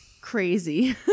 Crazy